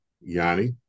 Yanni